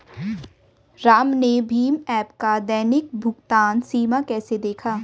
राम ने भीम ऐप का दैनिक भुगतान सीमा कैसे देखा?